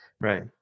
Right